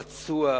פצוע,